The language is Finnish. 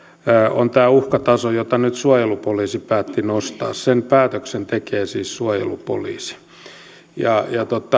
on uhkataso jota nyt suojelupoliisi päätti nostaa sen päätöksen tekee siis suojelupoliisi ja